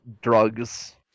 drugs